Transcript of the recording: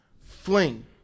fling